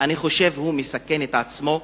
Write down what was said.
אני חושב שהוא מסכן את עצמו,